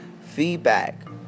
feedback